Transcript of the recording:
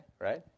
right